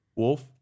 Wolf